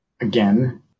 again